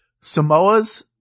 Samoa's